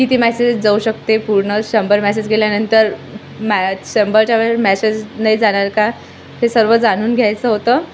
किती मॅसेजेस जाऊ शकते पूर्ण शंभर मॅसेज गेल्यानंतर मॅ शंभरच्या वेळेस मॅसेज नाही जाणार का हे सर्व जाणून घ्यायचं होतं